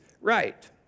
right